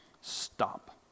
Stop